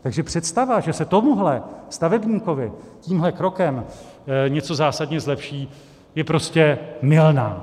Takže představa, že se tomuhle stavebníkovi tímhle krokem něco zásadně zlepší, je prostě mylná.